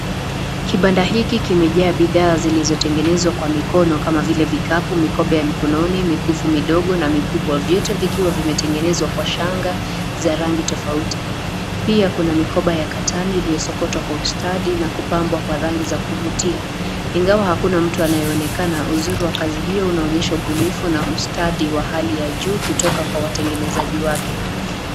Kibanda hiki kimejaa bidhaa zilizotengenezwa kwa mikono kama vile vikapu, mikoba ya mikononi, mikufu midogo na mikubwa. Vyote vikiwa vimetengenezwa kwa shanga za rangi tofauti. Pia kuna mikoba ya katani iliyosokotwa kwa ustadi na kupambwa kwa rangi za kuvutia. Ingawa hakuna mtu anayeonekana, uzuri wa kazi hiyo inaonyesha ubunifu na ustadi wa hali ya juu kutoka kwa watengenezaji wake.